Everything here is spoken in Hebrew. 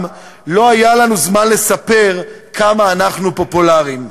לא היה לנו זמן לספר כמה אנחנו פופולריים.